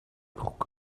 broek